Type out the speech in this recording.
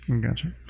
Gotcha